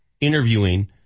interviewing